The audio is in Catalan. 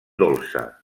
dolça